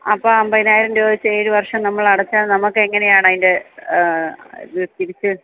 അപ്പം അമ്പതിനായിരം രൂപ വെച്ച് ഏഴുവര്ഷം നമ്മൾ അടച്ചാൽ നമുക്ക് എങ്ങനെയാണ് അതിന്റെ ഇത് തിരിച്ച്